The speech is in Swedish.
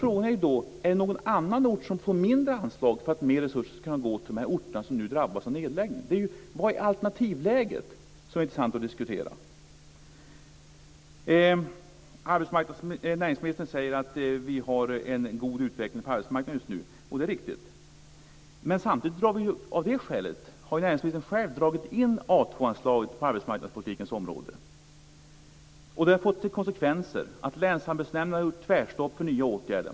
Frågan är då: Är det någon annan ort som får mindre anslag för att mer resurser ska kunna gå till de orter som nu drabbas av nedläggning? Vad är alternativet? Det skulle vara intressant att diskutera. Näringsministern säger att vi har en god utveckling på arbetsmarknaden just nu, och det är riktigt. Av det skälet har näringsministern själv dragit in A2 anslaget på arbetsmarknadspolitikens område, och det har fått som konsekvens att länsarbetsnämnden har satt tvärstopp för nya åtgärder.